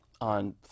on